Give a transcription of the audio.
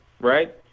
right